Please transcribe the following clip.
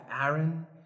Aaron